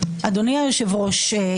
אדוני היושב ראש,